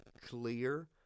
clear